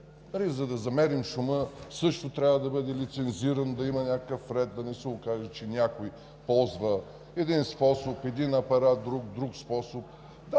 За да замерим шума, също трябва да бъде лицензиран, да има някакъв ред, да не се окаже, че някой ползва един способ, един апарат, друг –